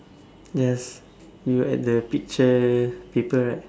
yes you at the pictures paper right